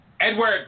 Edward